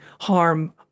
harm